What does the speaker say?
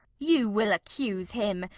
you will accuse him!